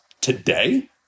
today